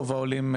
רוב העולים,